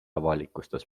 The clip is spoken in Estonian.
avalikustas